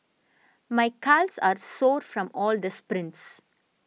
my calves are sore from all the sprints